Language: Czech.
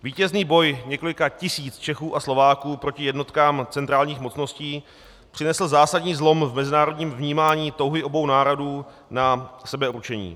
Vítězný boj několika tisíc Čechů a Slováků proti jednotkám centrálních mocností přinesl zásadní zlom v mezinárodním vnímání touhy obou národů na sebeurčení.